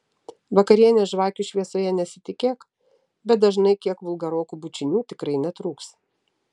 vakarienės žvakių šviesoje nesitikėk bet dažnai kiek vulgarokų bučinių tikrai netrūks